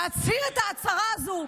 להצהיר את ההצהרה הזו,